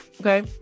Okay